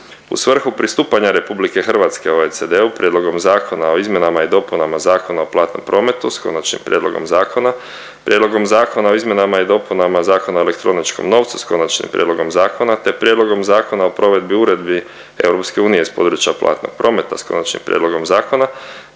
U svrhu pristupanja RH OECD-u Prijedlogom Zakona o izmjenama i dopunama Zakona o platnom prometu s konačnim prijedlogom zakona, Prijedlogom Zakona o izmjenama i dopunama Zakona o elektroničkom novcu s konačnim prijedlogom zakona te Prijedlogom Zakona o provedbi uredbi EU iz područja platnog prometa s konačnim prijedlogom zakona